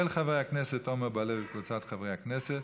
של חבר הכנסת עמר בר-לב וקבוצת חברי הכנסת.